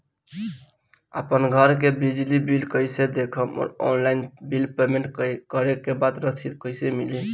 आपन घर के बिजली बिल कईसे देखम् और ऑनलाइन बिल पेमेंट करे के बाद रसीद कईसे मिली?